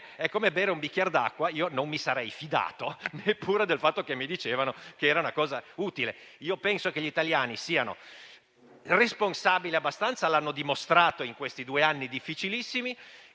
è come bere un bicchier d'acqua», non mi sarei fidato neppure del fatto che mi dicevano che era una cosa utile. Penso che gli italiani siano abbastanza responsabili, come hanno dimostrato in questi due anni difficilissimi,